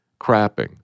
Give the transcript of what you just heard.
crapping